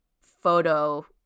photo